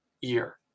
year